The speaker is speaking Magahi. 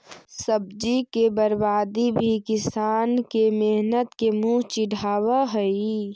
सब्जी के बर्बादी भी किसान के मेहनत के मुँह चिढ़ावऽ हइ